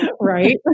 Right